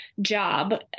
job